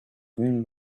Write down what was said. green